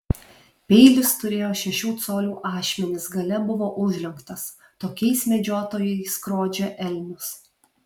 peilis turėjo šešių colių ašmenis gale buvo užlenktas tokiais medžiotojai skrodžia elnius